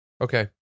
Okay